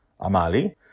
Amali